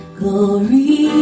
glory